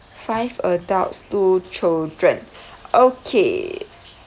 five adults two children okay